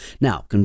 Now